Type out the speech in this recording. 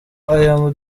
aya